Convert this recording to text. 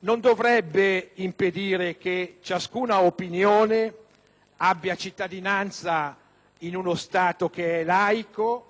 non dovrebbe impedire che ciascuna opinione abbia cittadinanza in uno Stato laico,